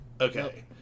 Okay